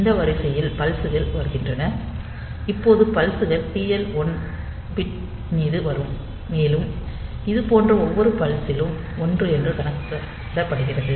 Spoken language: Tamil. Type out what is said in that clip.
இந்த வரிசையில் பல்ஸ் கள் வருகின்றன இப்போது பல்ஸ் கள் TL 1 பின் மீது வரும் மேலும் இதுபோன்ற ஒவ்வொரு பல்ஸ் லும் 1 என கணக்கிடப்படுகிறது